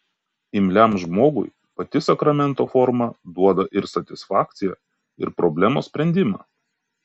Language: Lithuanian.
imliam žmogui pati sakramento forma duoda ir satisfakciją ir problemos sprendimą